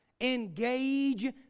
Engage